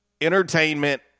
entertainment